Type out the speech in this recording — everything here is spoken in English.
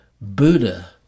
buddha